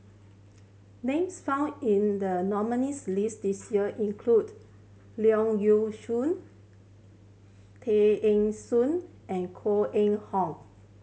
names found in the nominees' list this year include Leong Yee Soo Tear Ee Soon and Koh Eng Hoon